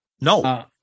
no